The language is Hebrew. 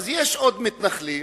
אז יש עוד מתנחלים,